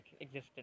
existence